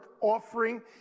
offering